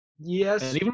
Yes